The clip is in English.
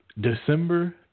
December